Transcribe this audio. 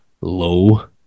low